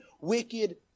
wicked